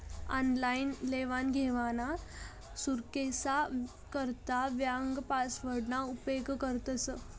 online लेवादेवाना सुरक्सा करता ब्यांक पासवर्डना उपेग करतंस